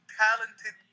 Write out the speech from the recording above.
talented